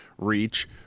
reach